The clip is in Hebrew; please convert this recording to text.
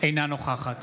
אינה נוכחת